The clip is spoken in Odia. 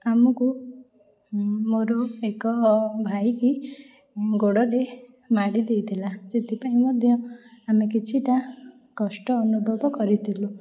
ଆମକୁ ମୋର ଏକ ଭାଇକି ଗୋଡ଼ରେ ମାଡ଼ି ଦେଇଥିଲା ସେଥିପାଇଁ ମଧ୍ୟ ଆମେ କିଛିଟା କଷ୍ଟ ଅନୁଭବ କରିଥିଲୁ